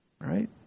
right